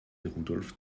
rudolf